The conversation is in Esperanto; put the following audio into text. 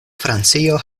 francio